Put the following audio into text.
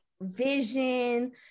vision